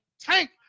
Tank